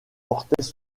portait